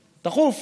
דחוף,